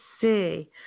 see